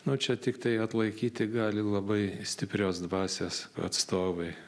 nu čia tiktai atlaikyti gali labai stiprios dvasios atstovai